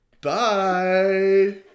Bye